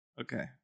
okay